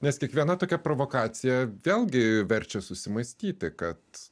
nes kiekviena tokia provokacija vėlgi verčia susimąstyti kad